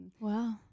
Wow